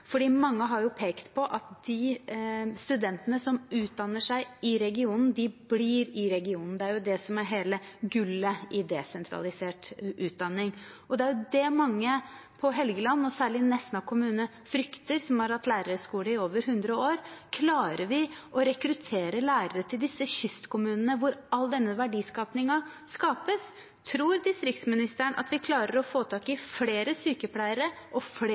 Mange har pekt på at de studentene som utdanner seg i regionen, blir i regionen, det er det som er hele gullet i desentralisert utdanning. Det er dét mange på Helgeland og særlig i Nesna kommune, som har hatt lærerhøyskole i over 100 år, frykter: Klarer vi å rekruttere lærere til disse kystkommunene, hvor all denne verdiskapingen skapes? Tror distriktsministeren at vi klarer å få tak i flere sykepleiere og flere